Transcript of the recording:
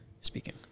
speaking